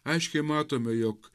aiškiai matome jog